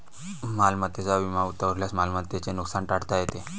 मालमत्तेचा विमा उतरवल्यास मालमत्तेचे नुकसान टाळता येते